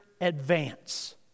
advance